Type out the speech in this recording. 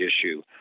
issue